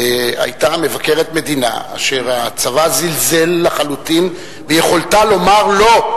היתה מבקרת מדינה אשר הצבא זלזל לחלוטין ביכולתה לומר "לא",